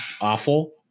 awful